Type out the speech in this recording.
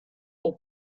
aux